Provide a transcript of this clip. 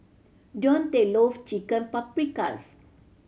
Deontae loves Chicken Paprikas